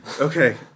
okay